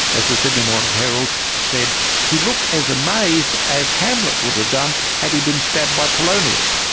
as the sydney morning herald said, he looked as amazed as hamlet would have done, had he been stabbed by polonius'.